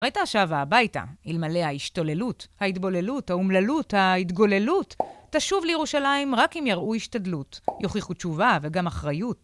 ראית ושבה והביתה, אלמלא ההשתוללות, ההתבוללות, ההומללות, ההתגוללות. תשוב לירושלים רק אם יראו השתדלות. יוכיחו תשובה וגם אחריות.